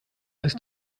ist